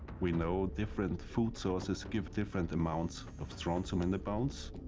we know different food sources give different amounts of strontium in the bones.